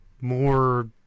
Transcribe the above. more